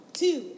two